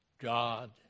God